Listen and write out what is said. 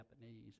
Japanese